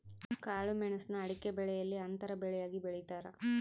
ಕಾಳುಮೆಣುಸ್ನ ಅಡಿಕೆಬೆಲೆಯಲ್ಲಿ ಅಂತರ ಬೆಳೆಯಾಗಿ ಬೆಳೀತಾರ